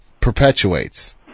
perpetuates